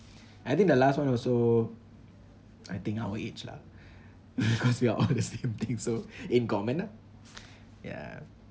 I think the last one also I think our age lah cause we are all the same thing so in common ah ya